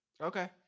Okay